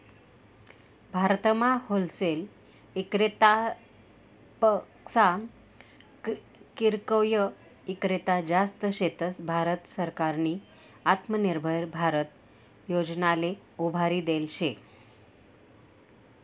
भारतमा होलसेल इक्रेतापक्सा किरकोय ईक्रेता जास्त शेतस, भारत सरकारनी आत्मनिर्भर भारत योजनाले उभारी देल शे